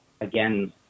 again